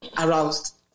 aroused